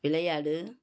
விளையாடு